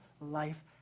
life